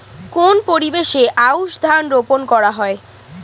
কোন পরিবেশে আউশ ধান রোপন করা হয়?